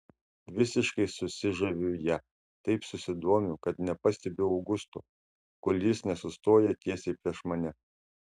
visiškai susižaviu ja taip susidomiu kad nepastebiu augusto kol jis nesustoja tiesiai prieš mane